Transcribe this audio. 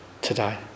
today